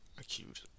acute